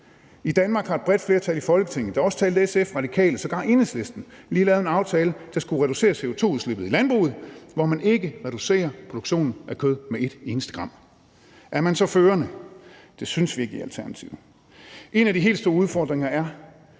I Danmark har et bredt flertal i Folketinget, der også talte SF, Radikale og sågar Enhedslisten, lige lavet en aftale, der skulle reducere CO2-udslippet i landbruget, hvor man ikke reducerer produktionen af kød med et eneste gram. Er man så førende? Det synes vi ikke i Alternativet. En af de helt store udfordringer er,